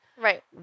Right